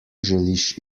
želiš